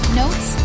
notes